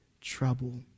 trouble